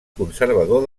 conservador